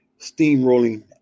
steamrolling